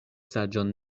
saĝon